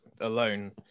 alone